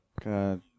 God